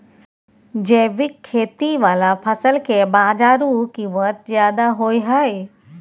जैविक खेती वाला फसल के बाजारू कीमत ज्यादा होय हय